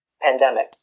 pandemic